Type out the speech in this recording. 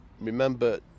remember